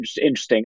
interesting